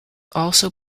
also